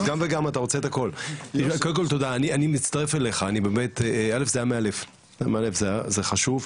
אני מצטרף אליך, זה היה מעלף, זה חשוב,